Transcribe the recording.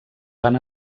van